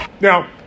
Now